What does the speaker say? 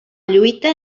lluita